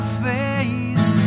face